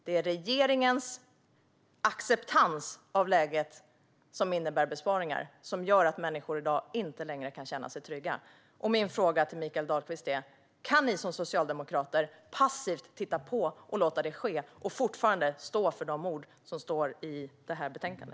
Det är regeringens acceptans av läget som innebär besparingar och som gör att människor i dag inte längre kan känna sig trygga. Min fråga till Mikael Dahlqvist är: Kan ni socialdemokrater passivt titta på och låta det ske och fortfarande stå för de ord som står i detta betänkande?